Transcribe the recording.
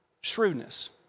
shrewdness